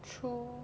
true